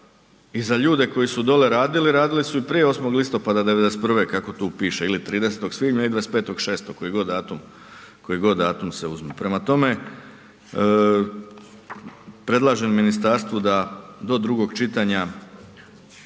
i za ljudi koji su dole radili, radili su i prije 8. listopada '91. kako tu piše ili 30. svibnja i 26.6., koji god datum se uzme. Prema tome, predlažem ministarstvu da do drugog čitanja